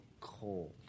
cold